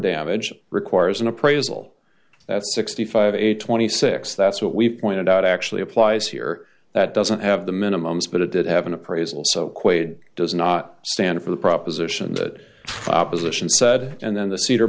damage requires an appraisal that sixty five a twenty six that's what we've pointed out actually applies here that doesn't have the minimum speed it did have an appraisal so quaid does not stand for the proposition that proposition said and then the cedar